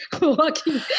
walking